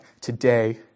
today